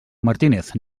martínez